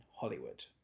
Hollywood